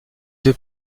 deux